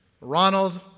Ronald